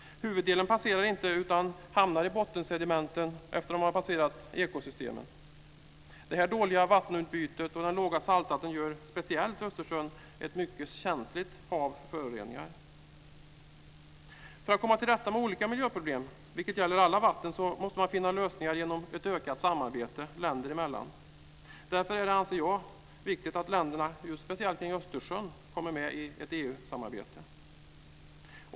Huvuddelen passerar inte ut, utan hamnar i bottensedimenten efter att de har passerat ekosystemen. Det dåliga vattenutbytet och den låga salthalten gör att speciellt Östersjön är ett mycket känsligt hav för föroreningar. För att komma till rätta med olika miljöproblem, vilket gäller alla vatten, måste man finna lösningar genom ett ökat samarbete länder emellan. Därför anser jag att det är viktigt att länderna speciellt kring Östersjön kommer med i ett EU-samarbete.